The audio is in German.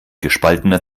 gespaltener